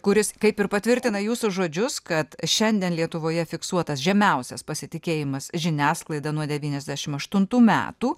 kuris kaip ir patvirtina jūsų žodžius kad šiandien lietuvoje fiksuotas žemiausias pasitikėjimas žiniasklaida nuo devyniasdešim aštuntų metų